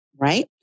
right